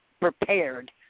prepared